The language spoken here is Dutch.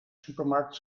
supermarkt